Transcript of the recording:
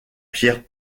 pierre